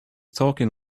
talking